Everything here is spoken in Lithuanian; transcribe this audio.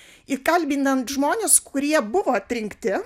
įkalbinant žmones kurie buvo atrinkti